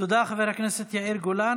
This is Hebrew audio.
תודה, חבר הכנסת יאיר גולן.